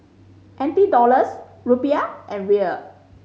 N T Dollars Rupiah and Riel